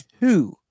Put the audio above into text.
two